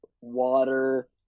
water